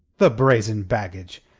the brazen baggage!